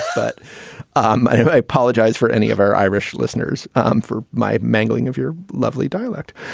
but um i apologize for any of our irish listeners um for my mangling of your lovely dialect